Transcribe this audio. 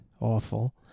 awful